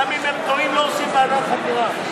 גם אם הם טועים, לא עושים ועדת חקירה.